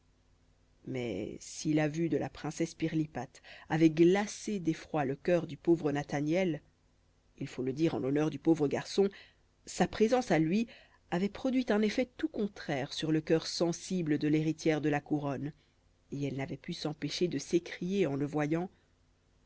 mais si la vue de la princesse pirlipate avait glacé d'effroi le cœur du pauvre nathaniel il faut le dire en l'honneur du pauvre garçon sa présence à lui avait produit un effet tout contraire sur le cœur sensible de l'héritière de la couronne et elle n'avait pu s'empêcher de s'écrier en le voyant